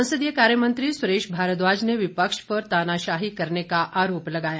संसदीय कार्य मंत्री सुरेश भारद्वाज ने विपक्ष पर तानाशाही करने का आरोप लगाया